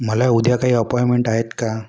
मला उद्या काही अपॉईमेंट आहेत का